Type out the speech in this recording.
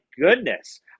goodness